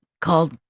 called